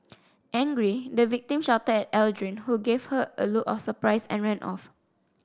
angry the victim shouted at Aldrin who gave her a look of surprise and ran off